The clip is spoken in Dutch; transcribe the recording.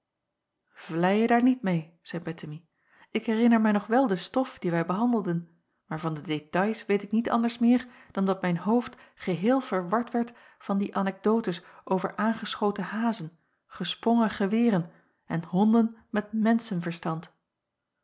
vlei je daar niet meê zeî bettemie ik herinner mij nog wel de stof die wij behandelden maar van de détails weet ik niet anders meer dan dat mijn hoofd geheel verward werd van die anecdotes over aangeschoten hazen gesprongen geweren en honden met